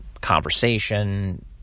Conversation